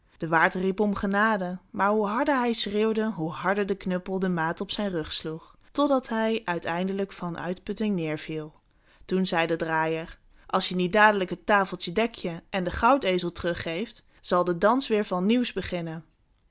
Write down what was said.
de waard riep om genade maar hoe harder hij schreeuwde hoe harder de knuppel de maat op zijn rug sloeg totdat hij eindelijk van uitputting neêrviel toen zei de draaier als je niet dadelijk het tafeltje dek je en de goudezel terug geeft zal de dans weêr van nieuws beginnen